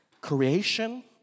creation